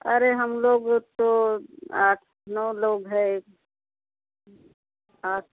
अरे हम लोग तो आठ नौ लोग है आठ